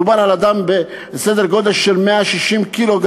מדובר על אדם בעל משקל בסדר גודל של 160 ק"ג,